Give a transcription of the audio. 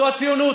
זו הציונות.